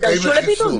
יידרשו לבידוד.